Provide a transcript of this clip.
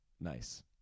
Nice